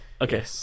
Okay